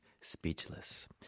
speechless